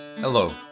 Hello